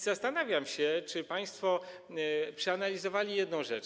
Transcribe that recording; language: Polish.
Zastanawiam się, czy państwo przeanalizowali jedną rzecz.